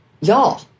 y'all